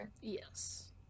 Yes